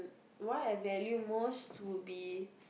what I value most would be